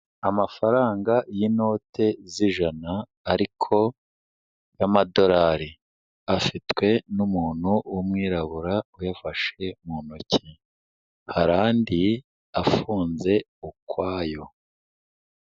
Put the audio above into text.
Amafaranga y'inote z'ijana ariko y' Amadolari, afitwe n'umuntu w'umwirabura uyafashe mu ntoki, hari andi afunze ukwayo.